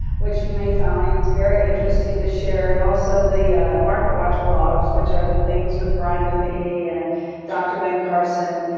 which you may find very interesting to share and also the marketwatch blogs, which are the things with brian buffini and dr. ben carson,